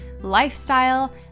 lifestyle